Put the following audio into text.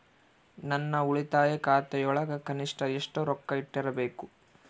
ನನ್ನ ಉಳಿತಾಯ ಖಾತೆಯೊಳಗ ಕನಿಷ್ಟ ಎಷ್ಟು ರೊಕ್ಕ ಇಟ್ಟಿರಬೇಕು?